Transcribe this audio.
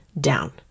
down